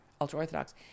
ultra-Orthodox